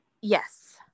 Yes